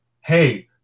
Hey